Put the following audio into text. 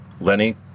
Lenny